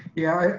yeah,